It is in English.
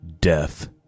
death